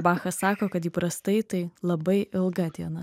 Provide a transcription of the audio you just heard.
bacha sako kad įprastai tai labai ilga diena